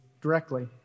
directly